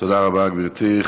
תודה רבה, גברתי.